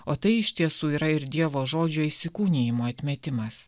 o tai iš tiesų yra ir dievo žodžio įsikūnijimo atmetimas